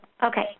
Okay